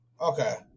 Okay